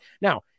Now